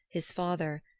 his father,